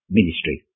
ministry